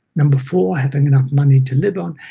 number four, having enough money to live on,